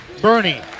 Bernie